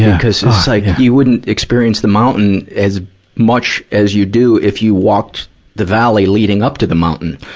because it's like you wouldn't experience the mountain as much as you do if you walked the valley leading up to the mountain.